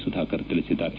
ಸುಧಾಕರ್ ತಿಳಿಸಿದ್ದಾರೆ